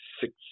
six